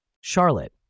Charlotte